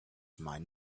mine